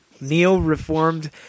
Neo-reformed